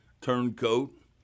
turncoat